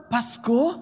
Pasko